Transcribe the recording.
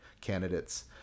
candidates